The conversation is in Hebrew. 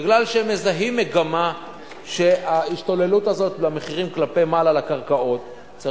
מפני שהם מזהים מגמה שההשתוללות הזאת של מחירי הקרקעות כלפי מעלה,